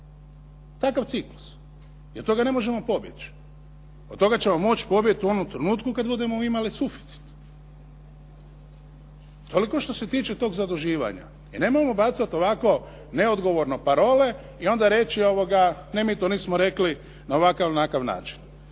takav ciklus i od toga ne možemo pobjeći. Od toga ćemo moći pobjeći u onom trenutku kad budemo imali suficit. Toliko što se tiče tog zaduživanja. I nemojmo bacati ovako neodgovorno parole i onda reći ne mi to nismo rekli na ovakav ili onakav način.